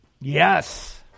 Yes